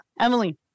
Emily